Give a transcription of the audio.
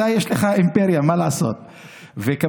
אתה, יש לך אימפריה, מה לעשות?